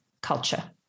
culture